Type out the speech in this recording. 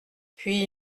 puis